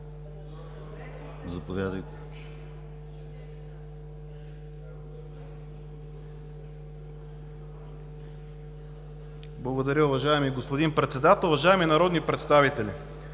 Благодаря, уважаеми господин Председател. Уважаеми народни представители!